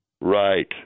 Right